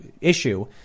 issue